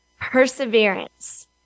perseverance